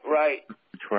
right